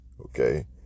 okay